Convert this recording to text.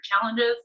challenges